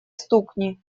стукни